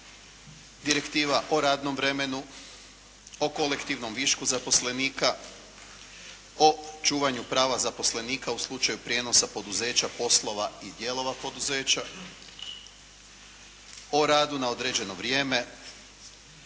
direktiva o radnom vremenu, o kolektivnom višku zaposlenika, o čuvanju prava zaposlenika u slučaju prijenosa poduzeća poslova i dijelova poduzeća, o radu na određeno vrijeme